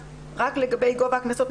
לגבי גובה הקנסות.